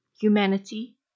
humanity